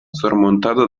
sormontata